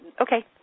okay